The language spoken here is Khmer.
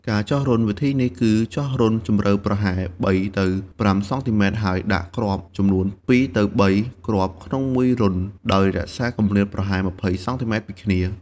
ការចោះរន្ធ វិធីនេះគឺចោះរន្ធជម្រៅប្រហែល ៣ទៅ៥ សង់ទីម៉ែត្រ ហើយដាក់គ្រាប់ចំនួន ២ទៅ៣ គ្រាប់ក្នុងមួយរន្ធ ដោយរក្សាគម្លាតប្រហែល ២០ សង់ទីម៉ែត្រពីគ្នា។